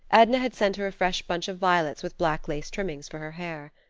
edna had sent her a fresh bunch of violets with black lace trimmings for her hair.